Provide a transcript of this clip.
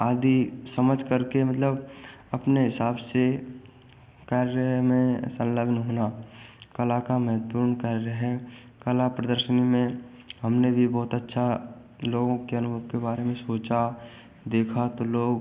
आधी समझकर के मतलब अपने हिसाब से कार्य में ऐसा लग्न होना कला का महत्वपूर्ण कर रहे कला प्रदर्शन में हमने भी बहुत अच्छा लोगों के अनुभव के बारे में सोचा देखा तो लोग